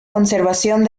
conservación